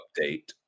update